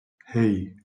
hey